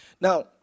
now